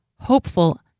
hopeful